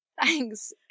Thanks